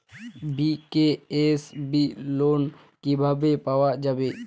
BKSB loan কিভাবে পাওয়া যাবে?